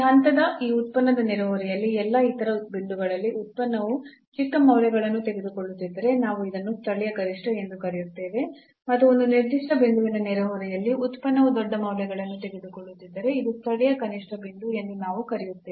ಈ ಹಂತದ ಈ ಉತ್ಪನ್ನದ ನೆರೆಹೊರೆಯಲ್ಲಿ ಎಲ್ಲಾ ಇತರ ಬಿಂದುಗಳಲ್ಲಿ ಉತ್ಪನ್ನವು ಚಿಕ್ಕ ಮೌಲ್ಯಗಳನ್ನು ತೆಗೆದುಕೊಳ್ಳುತ್ತಿದ್ದರೆ ನಾವು ಇದನ್ನು ಸ್ಥಳೀಯ ಗರಿಷ್ಠ ಎಂದು ಕರೆಯುತ್ತೇವೆ ಮತ್ತು ಒಂದು ನಿರ್ದಿಷ್ಟ ಬಿಂದುವಿನ ನೆರೆಹೊರೆಯಲ್ಲಿ ಉತ್ಪನ್ನವು ದೊಡ್ಡ ಮೌಲ್ಯಗಳನ್ನು ತೆಗೆದುಕೊಳ್ಳುತ್ತಿದ್ದರೆ ಇದು ಸ್ಥಳೀಯ ಕನಿಷ್ಠದ ಬಿಂದು ಎಂದು ನಾವು ಕರೆಯುತ್ತೇವೆ